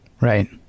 Right